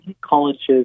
colleges